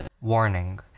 Warning